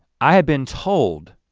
i had been told.